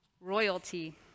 royalty